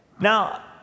Now